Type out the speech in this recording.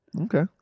Okay